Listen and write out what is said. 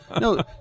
No